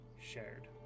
shared